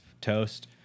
toast